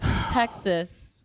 Texas